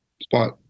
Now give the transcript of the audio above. spot